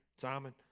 Simon